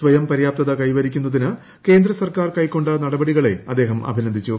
സ്വയം പര്യാപ്ത കൈവരിക്കുന്ന്തിന് കേന്ദ്ര സർക്കാർ കൈക്കൊണ്ട നടപടികളെ അദ്ദേഹ്ം അഭിനന്ദിച്ചു